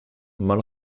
mal